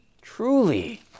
truly